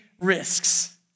risks